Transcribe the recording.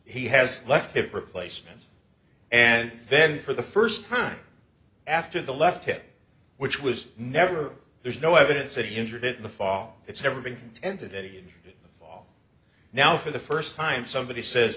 he has left hip replacement and then for the first time after the left hip which was never there's no evidence that he injured it in the fall it's never been ended in the fall now for the first time somebody says